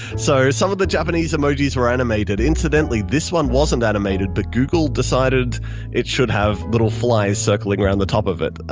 so some of the japanese emojis were animated. incidentally, this one wasn't automated, but google decided it should have little flies circling around the top of it.